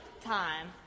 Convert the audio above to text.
time